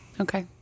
Okay